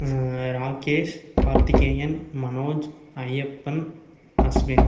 Rakesh Karthikeyan Manoj Ayyappan Ashwin